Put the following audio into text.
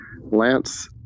Lance